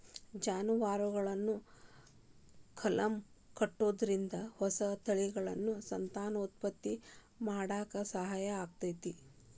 ಜಾನುವಾರುಗಳನ್ನ ಕಲಂ ಕಟ್ಟುದ್ರಿಂದ ಹೊಸ ತಳಿಗಳನ್ನ ಸಂತಾನೋತ್ಪತ್ತಿ ಮಾಡಾಕ ಸಹಾಯ ಆಕ್ಕೆತಿ